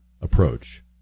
approach